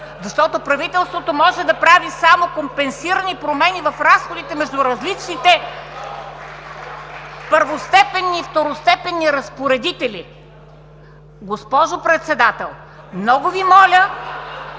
Защото правителството може да прави само компенсирани промени в разходите между различните първостепенни и второстепенни разпоредители. (Силен шум и реплики